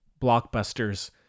blockbusters